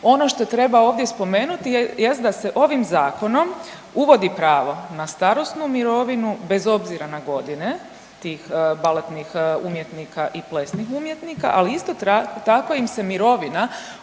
ono što treba ovdje spomenuti jest da se ovim zakonom uvodi pravo na starosnu mirovinu bez obzira na godine tih baletnih umjetnika i plesnih umjetnika, ali isto tako im se mirovina